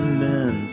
men